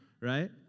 right